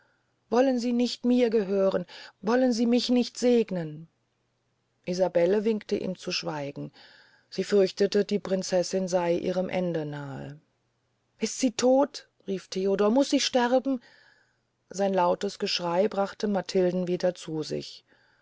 wollen sie nicht mir gehören wollen sie mich nicht segnen isabelle winkte ihm zu schweigen sie fürchtete die prinzessin sey ihrem ende nahe ist sie todt rief theodor muß sie sterben sein lautes geschrey brachte matilden wieder zu sich